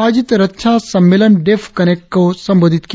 आयोजित रक्षा सम्मेलन डेफ कनेफ्ट को संबोधित किया